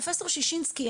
פרופסור ששינסקי,